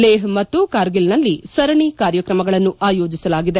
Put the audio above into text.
ಲೇಹ್ ಮತ್ತು ಕಾರ್ಗಿಲ್ನಲ್ಲಿ ಸರಣಿ ಕಾರ್ಯಕ್ರಮಗಳನ್ನು ಆಯೋಜಿಸಲಾಗಿದೆ